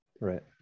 Right